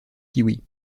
kiwis